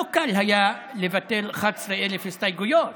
לא קל היה לבטל 11,000 הסתייגויות,